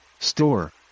store